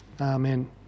Amen